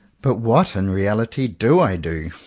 but what in reality do i do?